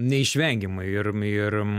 neišvengiama ir ir